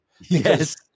Yes